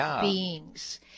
beings